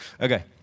Okay